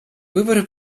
выборы